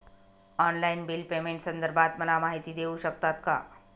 Online bill पेमेंटसंदर्भात मला माहिती देऊ शकतात का?